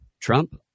Trump